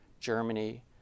Germany